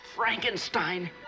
Frankenstein